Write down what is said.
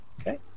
okay